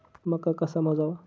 मका कसा मोजावा?